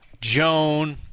Joan